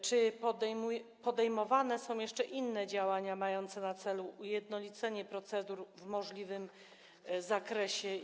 Czy podejmowane są jeszcze inne działania mające na celu ujednolicenie procedur w możliwym zakresie?